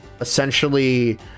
essentially